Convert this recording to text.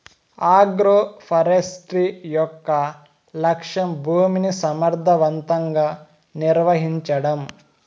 agroforestry యొక్క లక్ష్యం భూమిని సమర్ధవంతంగా నిర్వహించడం